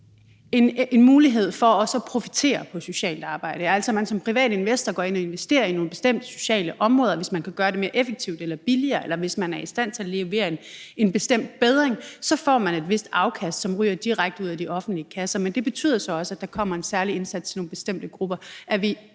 en mulighed for også at profitere på socialt arbejde, altså at man som privat investor går ind og investerer i nogle bestemte sociale områder. Hvis man kan gøre det mere effektivt eller billigere, eller hvis man er i stand til at levere en bestemt forbedring, så får man et vist afkast, som ryger direkte ud af de offentlige kasser. Men det betyder så også, at der kommer en særlig indsats til nogle bestemte grupper.